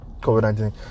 COVID-19